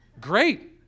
Great